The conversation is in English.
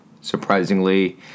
surprisingly